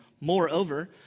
Moreover